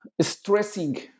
stressing